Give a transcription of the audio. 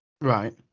Right